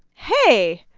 hey,